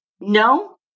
No